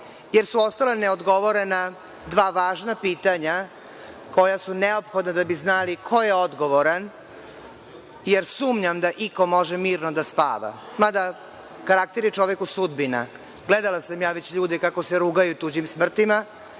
jer su ostala ne odgovorena dva važna pitanja koja su neophodna da bi znali ko je odgovoran, jer sumnjam da iko može mirno da spava. Mada, karakter je čoveku sudbina. Gledala sam ja već ljude kako se rugaju tuđim smrtima,